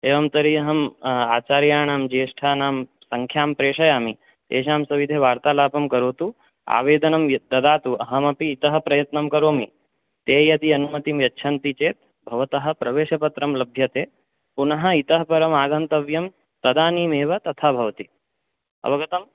एवं तर्हि अहम् आचार्याणां ज्येष्ठानां सङ्ख्यां प्रेषयामि तेषां सविधे वार्तालापं करोतु आवेदनं यद् ददातु अहमपि इतः प्रयत्नं करोमि ते यदि अनुमतिं यच्छन्ति चेत् भवतः प्रवेशपत्रं लभ्यते पुनः इतः परम् आगन्तव्यं तदानीमेव तथा भवति अवगतं